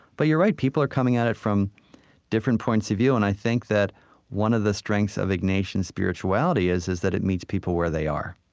but you're right. people are coming at it from different points of view, and i think that one of the strengths of ignatian spirituality is is that it meets people where they are